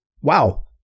wow